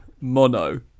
mono